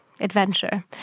adventure